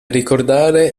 ricordare